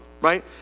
right